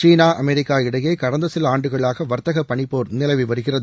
சீனா America இடையே கடந்த சில ஆண்டுகளாக வர்த்தக பனிப்போர் நிலவி வருகிறது